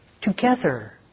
Together